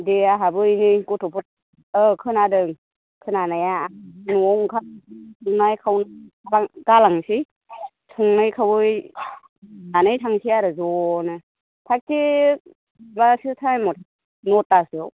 दे आहाबो ओ नै गथ'फोर औ खोनादों खोनानाया न'वाव ओंखाम खुरनाय खावनाय गालांसै संनाय खावै खालामनानै थांसै आरो ज'नो थाग थिग बिदिबा टाइमआव थांसै न'थासोआव